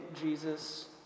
Jesus